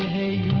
a